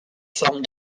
forme